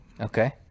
Okay